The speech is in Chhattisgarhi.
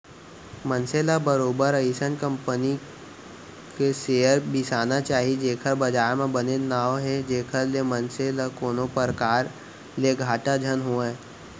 मनसे ल बरोबर अइसन कंपनी क सेयर बिसाना चाही जेखर बजार म बनेच नांव हे जेखर ले मनसे ल कोनो परकार ले घाटा झन होवय